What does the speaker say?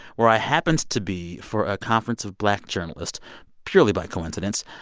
where i happened to be for a conference of black journalists purely by coincidence.